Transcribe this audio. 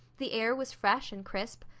the air was fresh and crisp,